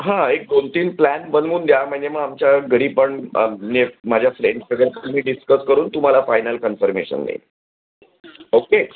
हां एक दोन तीन प्लॅन बनवून द्या म्हणजे मग आमच्या घरी पण म्हणजे माझ्या फ्रेंड्स वगैरे तुम्ही डिस्कस करून तुम्हाला फायनल कन्फर्मेशन देईल ओके